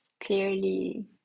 clearly